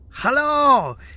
Hello